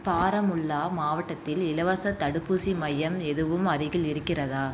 பாராமுல்லா மாவட்டத்தில் இலவசத் தடுப்பூசி மையம் எதுவும் அருகில் இருக்கிறதா